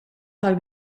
tal